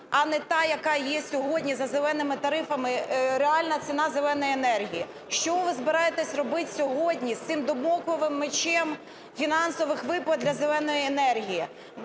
а не та, яка є сьогодні за "зеленими" тарифами, реальна ціна "зеленої" енергії. Що ви збираєтесь робити сьогодні з цим дамоклевим мечем фінансових виплат для "зеленої" енергії?